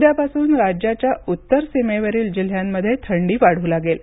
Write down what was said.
उद्यापासून राज्याच्या उत्तर सीमेवरील जिल्ह्यांमध्ये थंडी वाढू लागेल